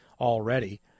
already